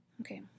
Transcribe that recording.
Okay